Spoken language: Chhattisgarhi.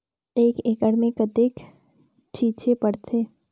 एक एकड़ मे कतेक छीचे पड़थे?